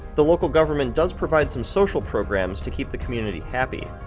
the local government does provide some social programs to keep the community happy.